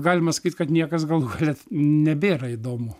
galima sakyti kad niekas gal net nebėra įdomu